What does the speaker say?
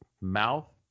mouth